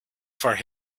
for